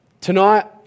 Tonight